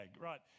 right